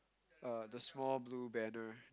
uh the small blue banner